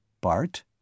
Bart